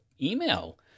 email